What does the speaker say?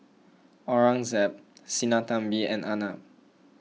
Aurangzeb Sinnathamby and Arnab